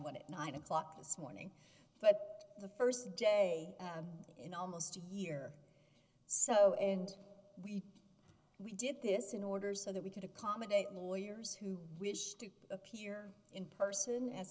it nine o'clock this morning but the st day in almost a year or so and we we did this in order so that we could accommodate lawyers who wish to appear in person as